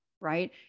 right